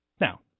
Now